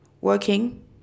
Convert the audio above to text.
working